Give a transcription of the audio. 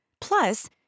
Plus